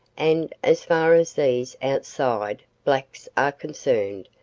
and, as far as these outside blacks are concerned,